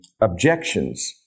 objections